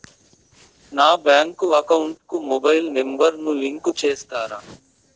నా bank account కు mobile number ను లింకు చేస్తారా?